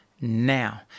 now